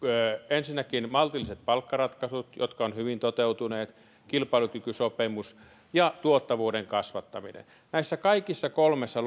ensinnäkin maltilliset palkkaratkaisut jotka ovat hyvin toteutuneet kilpailukykysopimus ja tuottavuuden kasvattaminen näissä kaikissa kolmessa